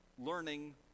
learning